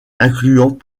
incluant